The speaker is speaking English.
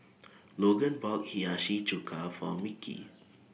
Logan bought Hiyashi Chuka For Mickie